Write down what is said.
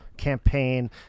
Campaign